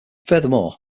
furthermore